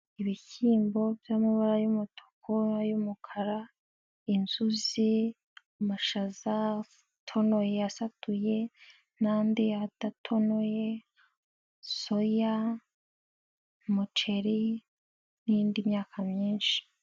Ibishyimbo by'amabara y'umutuku, ay'umukara, inzuzi, amashaza atonoye asatuye n'andi adatonoye, soya, umuceri n'indi myaka myinshi.